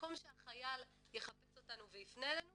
במקום שהחייל יחפש אותנו ויפנה אלינו